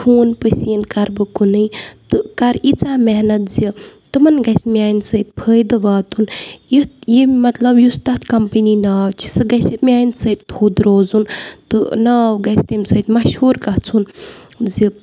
خوٗن پٔسیٖنہٕ کَرٕ بہٕ کُنُے تہٕ کَرٕ ایٖژاہ محنت زِ تمَن گژھِ میٛانہِ سۭتۍ فٲیدٕ واتُن یُتھ یہِ مطلب یُس تَتھ کَمپٔنی ناو چھِ سُہ گژھِ میٛانہِ سۭتۍ تھوٚد روزُن تہٕ ناو گژھِ تمہِ سۭتۍ مشہوٗر گژھُن زِ